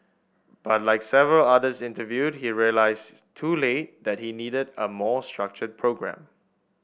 but like several others interviewed he realised too late that he needed a more structured programme